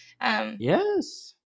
Yes